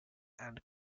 and